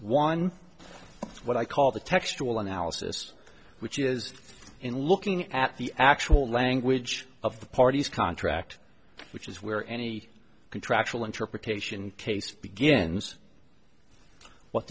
one what i call the textual analysis which is in looking at the actual language of the parties contract which is where any contractual interpretation case begins what